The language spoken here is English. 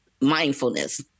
mindfulness